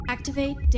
Activate